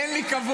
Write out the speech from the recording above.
אין לי כבוד.